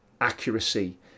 Accuracy